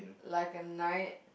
like a knight